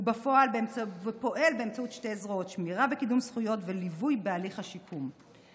ופועל באמצעות שתי זרועות: שמירה וקידום זכויות וליווי בהליך השיקום.